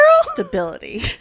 Stability